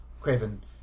Craven